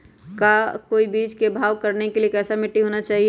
का बीज को भाव करने के लिए कैसा मिट्टी होना चाहिए?